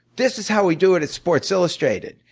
this is how we do it at sports illustrated.